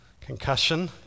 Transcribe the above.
concussion